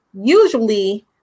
usually